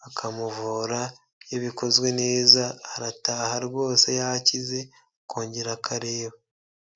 bakamuvura, iyo bikozwe neza arataha rwose yakize akongera akareba.